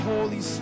Holy